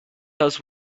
does